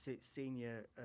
senior